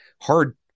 hard